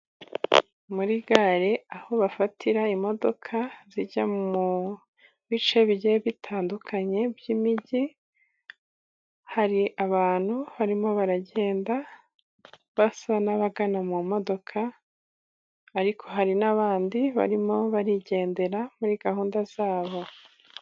Muri gare aho bafatira imodoka, zijya mu bice bigiye bitandukanye by'imijyi, hari abantu barimo baragenda, basa n'abagana mu modoka, ariko hari n'abandi barimo barigendera muri gahunda zabo.